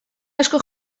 asko